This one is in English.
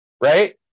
right